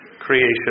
creation